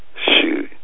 Shoot